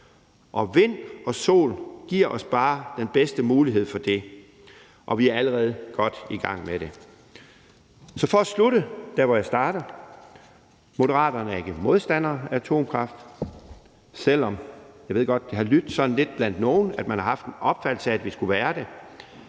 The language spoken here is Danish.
Og vind og sol giver os bare den bedste mulighed for det, og vi er allerede godt i gang med det. Så for at slutte der, hvor jeg startede. Moderaterne er ikke modstander af atomkraft, selv om jeg godt ved, at det har lydt lidt sådan for nogle, og at der har været en opfattelse af, at vi skulle være det.